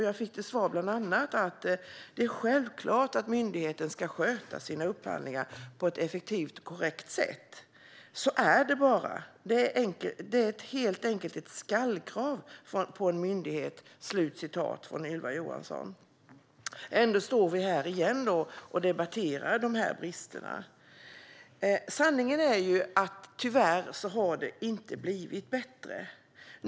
Jag fick bland annat till svar att det är självklart att myndigheten ska sköta sina upphandlingar på ett effektivt och korrekt sätt. "Så är det bara. Det är helt enkelt ett skall-krav på en myndighet", sa Ylva Johansson. Ändå står vi här igen och debatterar dessa brister. Sanningen är att det tyvärr inte har blivit bättre.